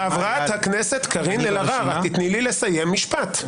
חברת הכנסת קארין אלהרר, תתני לי לסיים משפט.